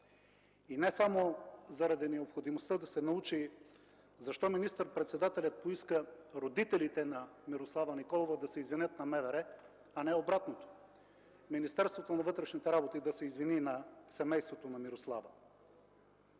и не само заради необходимостта да се научи защо министър-председателят поиска родителите на Мирослава Николова да се извинят на МВР, а не обратното – Министерството на вътрешните работи да се извини на семейството на Мирослава.